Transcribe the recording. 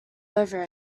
over